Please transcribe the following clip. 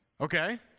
okay